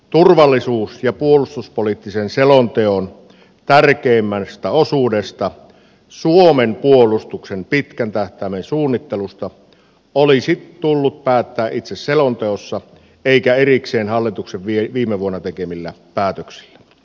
turvallisuus ja puolustuspoliittisen selonteon tärkeimmästä osuudesta suomen puolustuksen pitkän tähtäimen suunnittelusta olisi tullut päättää itse selonteossa eikä erikseen hallituksen viime vuonna tekemillä päätöksillä